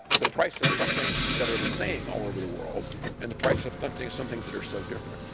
the price of some things that are the same all over the world and the price of some things some things that are so different.